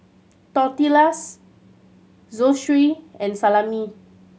Tortillas Zosui and Salami